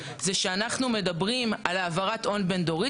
זה שאנחנו מדברים על העברת הון בין-דורית,